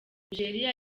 nigeria